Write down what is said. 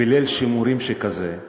בליל שימורים שכזה,